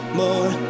more